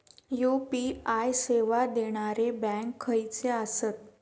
UPI सेवा देणारे bank खयचे आसत?